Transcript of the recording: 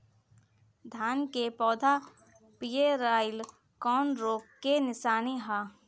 धान के पौधा पियराईल कौन रोग के निशानि ह?